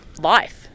life